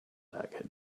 had